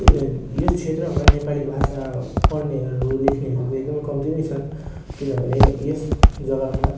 यस क्षेत्रमा नेपाली भाषा पढ्नेहरू लेख्नेहरू एकदम कम्ती नै छन् किनभने यस जग्गामा